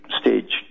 stage